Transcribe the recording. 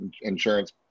insurance